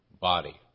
body